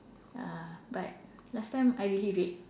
ya but last time I really read